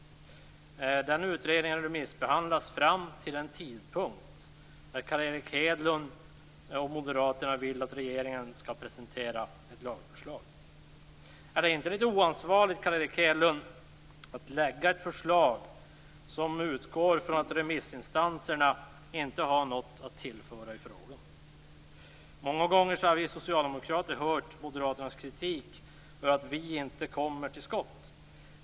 Denna utredning remissbehandlas fram till den tidpunkt när Carl Erik Hedlund och Moderaterna vill att regeringen skall presentera ett lagförslag. Är det inte, Carl Erik Hedlund, litet oansvarigt att lägga fram ett förslag som utgår från att remissinstanserna inte har något att tillföra i frågan? Många gånger har vi socialdemokrater hört moderaternas kritik över att vi inte kommer till skott.